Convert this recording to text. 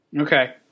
Okay